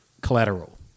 collateral